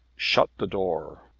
shut the door.